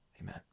Amen